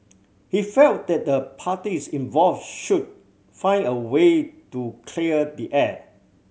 he felt that the parties involve should find a way to clear the air